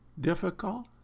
Difficult